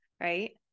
Right